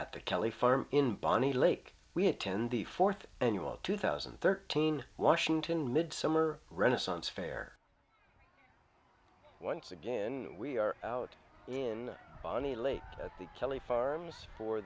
at the kelley farm in bonnie lake we attend the fourth annual two thousand and thirteen washington midsummer renaissance fair once again we are out in on the lake at the kelly farms for